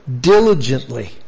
diligently